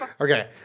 Okay